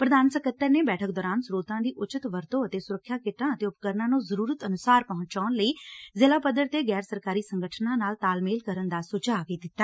ਪ੍ਧਾਨ ਸਕੱਤਰ ਨੇ ਬੈਠਕ ਦੌਰਾਨ ਸਰੋਤਾਂ ਦੀ ਉਚਿਤ ਵਰਤੋਂ ਅਤੇ ਸੁਰੱਖਿਆ ਕਿੱਟਾਂ ਅਤੇ ਉਪਕਰਨਾਂ ਨੁੰ ਜ਼ਰੂਰਤ ਅਨੁਸਾਰ ਪਹੁੰਚਾਣ ਲਈ ਜ਼ਿਲ੍ਹਾ ਪੱਧਰ ਤੇ ਗੈਰ ਸਰਕਾਰੀ ਸੰਗਠਨਾ ਨਾਲ ਤਾਲਮੇਲ ਕਰਨ ਦਾ ਸੁਝਾਅ ਵੀ ਦਿੱਤਾ